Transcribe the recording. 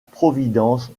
providence